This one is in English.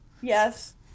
Yes